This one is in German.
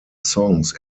songs